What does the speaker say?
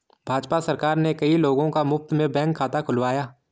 भाजपा सरकार ने कई लोगों का मुफ्त में बैंक खाता खुलवाया